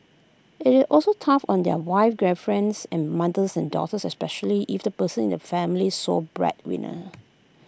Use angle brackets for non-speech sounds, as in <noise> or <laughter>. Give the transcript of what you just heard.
IT is also tough on their wives girlfriends <unintelligible> mothers and daughters especially if the person is the family's sole breadwinner